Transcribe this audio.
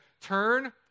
turn